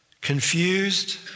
Confused